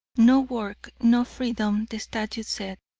no work, no freedom, the statute said.